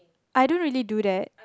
I don't really do that